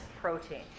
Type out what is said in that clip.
protein